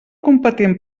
competent